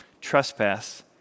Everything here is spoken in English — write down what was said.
trespass